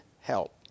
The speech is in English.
help